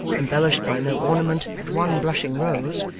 embellished by no ornament but one blushing rose,